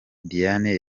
diane